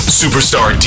superstar